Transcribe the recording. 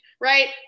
right